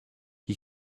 had